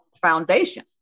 foundation